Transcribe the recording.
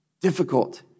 Difficult